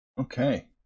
Okay